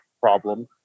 problem